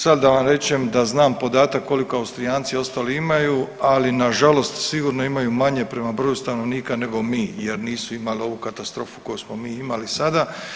Sad da vam rečem da znam podatak koliko Austrijanci i ostali imaju, ali nažalost sigurno imaju manje prema broju stanovnika nego mi jer nisu imali ovu katastrofu koju smo imali sada.